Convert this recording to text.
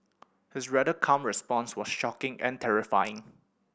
his rather calm response was shocking and terrifying